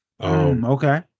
Okay